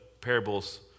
parables